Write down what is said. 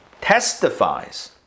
testifies